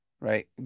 right